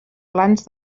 plans